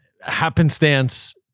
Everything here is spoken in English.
happenstance-